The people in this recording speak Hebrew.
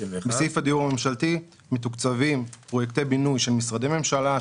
בסעיף הדיור הממשלתי מתוקצבים פרויקטי בינוי של משרדי ממשלה,